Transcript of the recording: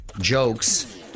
jokes